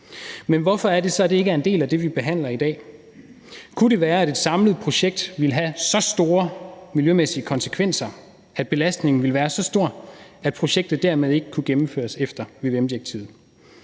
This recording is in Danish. Men hvorfor er det så, at det ikke er en del af det, vi behandler i dag? Kunne det være, fordi et samlet projekt ville have så store miljømæssige konsekvenser, altså at belastningen ville være så stor, at projektet dermed ikke ville kunne gennemføres efter vvm-direktivet?